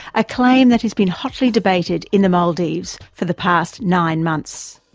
a claim that has been hotly debated in the maldives for the past nine months.